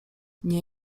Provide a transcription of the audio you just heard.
nie